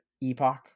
epoch